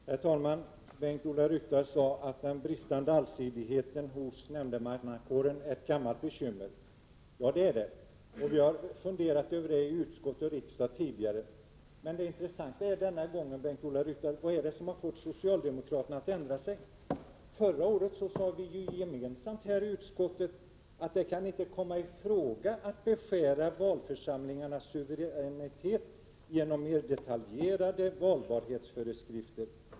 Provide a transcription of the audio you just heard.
Herr talman! Bengt-Ola Ryttar sade att bristen på allsidighet inom nämndemannakåren är ett gammalt bekymmer. Ja, det är det. Och vi har funderat över det i utskott och riksdag tidigare. Men det intressanta denna gången, Beng-Ola Ryttar, är frågan: Vad är det som har fått socialdemokraterna att ändra sig? Förra året uttalade vi ju gemensamt i utskottet att det inte kan komma i fråga att beskära valförsamlingarnas suveränitet genom mer detaljerade valbarhetsföreskrifter.